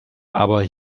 aber